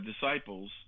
disciples